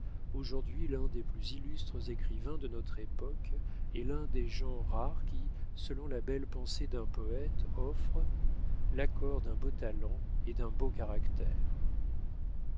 aujourd'hui l'un des plus illustres écrivains de notre époque et l'un des gens rares qui selon la belle pensée d'un poète offrent l'accord d'un beau talent et d'un beau caractère